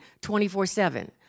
24-7